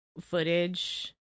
footage